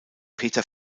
peter